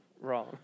Wrong